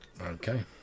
Okay